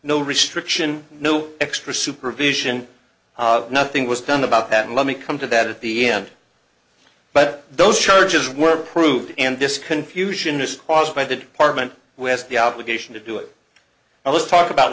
no restriction no extra supervision nothing was done about that let me come to that at the end but those charges were approved and this confusion is caused by the department who has the obligation to do it and let's talk about